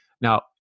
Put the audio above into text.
Now